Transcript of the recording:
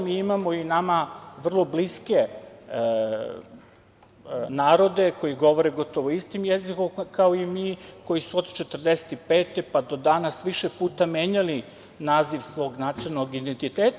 Mi imamo i nama vrlo bliske narode koji govore gotovo istim jezikom kao i mi, koji su od 1945. godine pa do danas više puta menjali naziv svog nacionalnog identiteta.